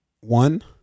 one